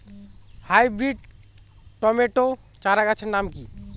Hybrid tomato চারাগাছের নাম কি?